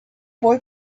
boy